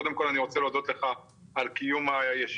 קודם כל אני רוצה להודות לך על קיום הישיבה,